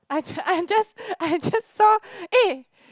I I'm just I'm just saw eh